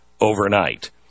overnight